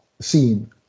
scene